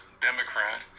Democrat